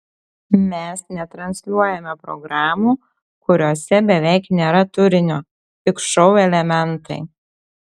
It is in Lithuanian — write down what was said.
mes netransliuojame programų kuriose beveik nėra turinio tik šou elementai